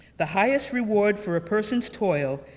the highest reward for a person's toil,